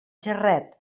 jarret